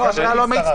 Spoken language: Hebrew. לא, אתה לא מצטרף.